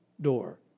door